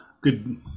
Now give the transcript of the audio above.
Good